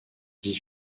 dix